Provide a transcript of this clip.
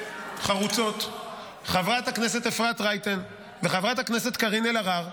חרוצות: חברת הכנסת אפרת רייטן וחברת הכנסת קארין אלהרר.